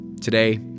Today